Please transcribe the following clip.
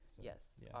yes